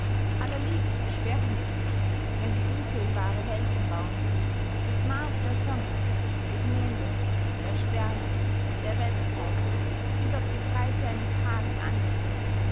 allerliebst schwärmen sie wenn sie unzählbare welten bauen das maaß der sonne des mondes der sternen der weltkreise bis auf die breite eines haares angeben